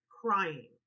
crying